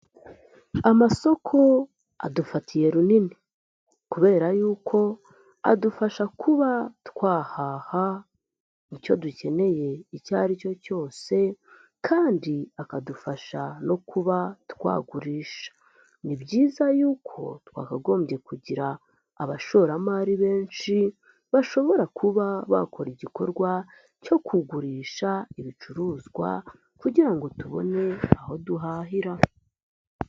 Amasoko adufatiye runini kubera yuko adufasha kuba twahaha icyo dukeneye icyo ari cyo cyose kandi akadufasha no kuba twagurisha. Ni byiza yuko twakagombye kugira abashoramari benshi, bashobora kuba bakora igikorwa cyo kugurisha ibicuruzwa kugira ngo tubone aho duhahira.